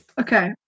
Okay